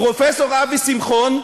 פרופסור אבי שמחון,